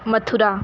Mathura